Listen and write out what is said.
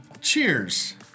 cheers